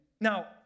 Now